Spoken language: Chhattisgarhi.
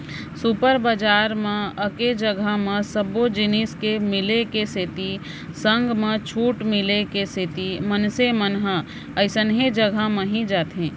सुपर बजार म एके जघा म सब्बो जिनिस के मिले के सेती संग म छूट मिले के सेती मनसे मन ह अइसने जघा म ही जाथे